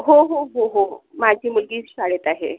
हो हो हो हो माझी मुलगीच शाळेत आहे